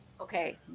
Okay